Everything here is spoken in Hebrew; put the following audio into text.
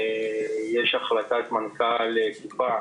יש החלטת מנכ"ל קופה